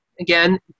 again